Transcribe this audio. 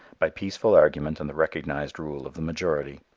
by peaceful argument and the recognized rule of the majority.